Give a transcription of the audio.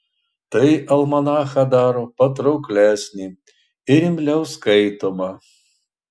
tai almanachą daro patrauklesnį ir imliau skaitomą